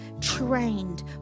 trained